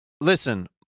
Listen